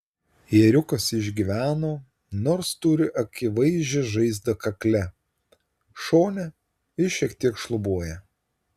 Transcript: ėriukas išgyveno nors turi akivaizdžią žaizdą kakle šone ir šiek tiek šlubuoja